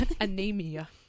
Anemia